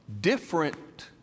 different